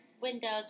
windows